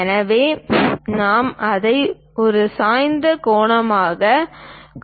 எனவே நாம் அதை ஒரு சாய்ந்த கோணமாகக் காட்டுகிறோம்